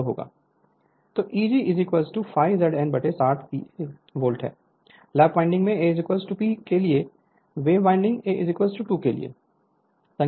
तो E g ∅ Z N 60 P A volts lap winding A P के लिए और वेव वाइंडिंग A 2 के लिए है